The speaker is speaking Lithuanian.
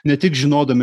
ne tik žinodami